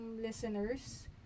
listeners